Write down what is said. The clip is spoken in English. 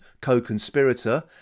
co-conspirator